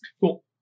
cool